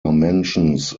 mentions